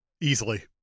easily